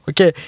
Okay